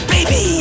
Baby